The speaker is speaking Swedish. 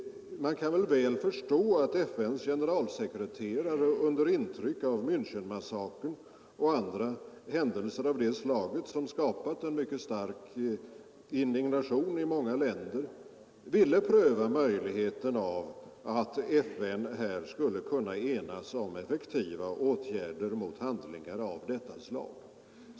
Man kan förstå att FN:s generalsekreterare under intryck av Miinchenmassakern och andra händelser av det slaget, som skapat en mycket stark indignation i många länder, ville pröva möjligheten av att FN här skulle kunna enas om effektiva åtgärder mot handlingar av detta slag.